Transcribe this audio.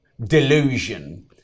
delusion